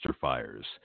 fires